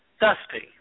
dusty